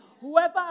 Whoever